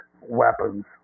weapons